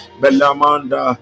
belamanda